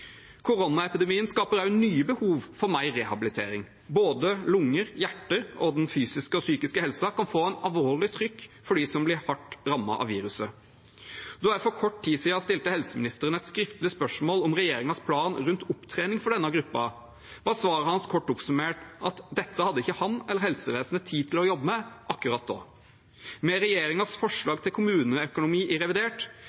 Koronaepidemien skaper også nye behov for mer rehabilitering. Både lunger, hjerte og den fysiske og psykiske helsen kan få en alvorlig trykk for dem som blir hardt rammet av viruset. Da jeg for kort tid siden stilte helseministeren et skriftlig spørsmål om regjeringens plan for opptrening av denne gruppen, var svaret hans – kort oppsummert – at dette hadde ikke han eller helsevesenet tid til å jobbe med akkurat nå. Med